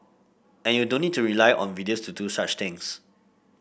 and you don't need to rely on videos to do such things